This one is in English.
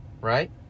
right